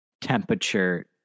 temperature